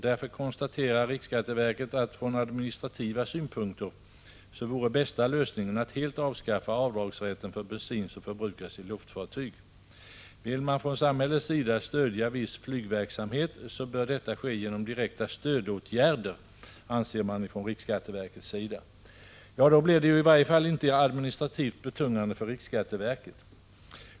Därför konstaterar riksskatteverket att från administrativa synpunkter vore bästa lösningen att helt avskaffa avdragsrätten för bensin som förbrukas i luftfarkoster. Vill man från samhällets sida stödja viss flygverksamhet, så bör detta ske genom direkta stödåtgärder, anser riksskatteverket. Ja, då blir det ju i varje fall inte administrativt betungande för riksskatteverket.